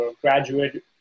graduate